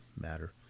matter